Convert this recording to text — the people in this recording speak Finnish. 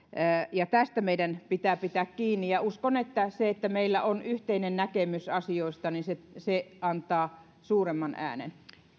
ja tästä meidän pitää pitää kiinni uskon että se että meillä on yhteinen näkemys asioista antaa suuremman äänen